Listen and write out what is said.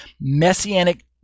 messianic